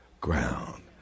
ground